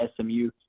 SMU